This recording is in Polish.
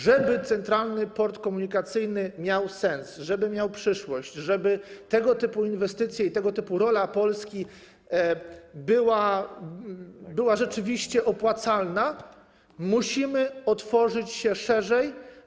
Żeby Centralny Port Komunikacyjny miał sens, żeby miał przyszłość, żeby tego typu inwestycje i tego typu rola Polski były rzeczywiście opłacalne, musimy otworzyć się szerzej.